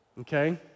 okay